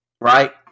right